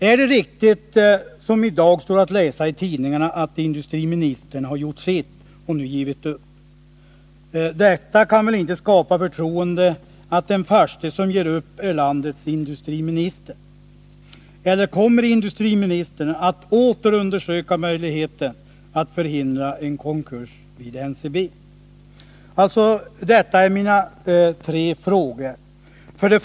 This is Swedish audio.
Är det riktigt som det i dag står att läsa i tidningarna, att industriministern har gjort sitt och nu har givit upp? Det kan väl inte skapa förtroende att den förste som ger upp är landets industriminister. Eller kommer industriministern att åter undersöka möjligheten att förhindra en konkurs vid NCB? Mina tre frågor är alltså: 1.